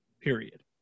period